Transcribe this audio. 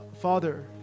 father